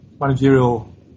managerial